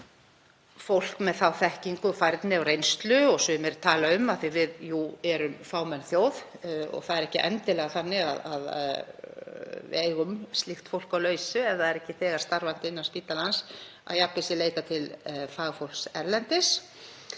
að vera fólk með þekkingu og færni og reynslu. Sumir tala um, af því að við erum fámenn þjóð og það er ekki endilega þannig að við eigum slíkt fólk á lausu ef það er ekki þegar starfandi innan spítalans, að jafnvel sé leitað til fagfólks erlendis.